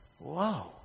wow